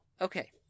okay